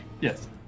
Yes